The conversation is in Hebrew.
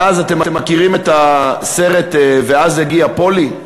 ואז, אתם מכירים את הסרט "ואז הגיעה פולי"?